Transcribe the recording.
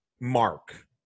Mark